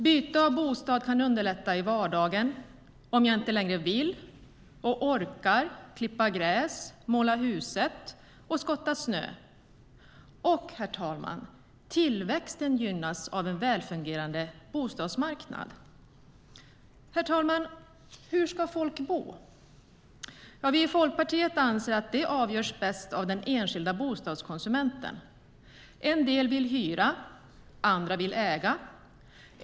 Byte av bostad kan underlätta i vardagen, om jag inte längre vill eller orkar klippa gräs, måla huset och skotta snö. Och, herr talman, tillväxten gynnas av en välfungerande bostadsmarknad. Herr talman! Hur ska folk bo? Vi i Folkpartiet anser att det avgörs bäst av den enskilda bostadskonsumenten. En del vill hyra, andra vill äga.